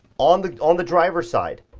on the, on the driver's side,